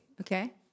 okay